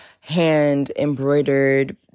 hand-embroidered